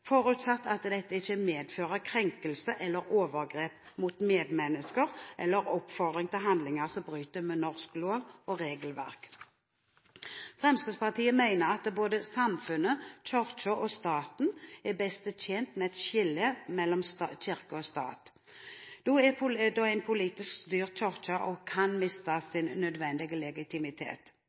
forutsatt at dette ikke medfører krenkelse eller overgrep mot medmennesker eller oppfordring til handlinger som bryter med norsk lov og regelverk. Fremskrittspartiet mener at både samfunnet, Kirken og staten er best tjent med et skille mellom kirke og stat, da en politisk styrt kirke også kan miste sin nødvendige legitimitet.